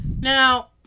Now